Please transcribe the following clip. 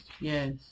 yes